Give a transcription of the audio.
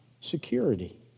security